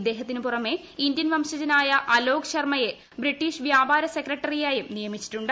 ഇദ്ദേഹത്തിന് പുറമേ ഇന്ത്യൻ വംശജനായ അലോക് ശർമ്മയെ ബ്രിട്ടീഷ് വ്യാപാര സെക്രട്ടറിയായും നിയമിച്ചിട്ടുണ്ട്